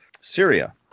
Syria